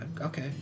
Okay